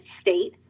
state